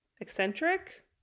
Eccentric